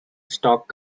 stock